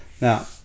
Now